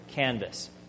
canvas